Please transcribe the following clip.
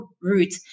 route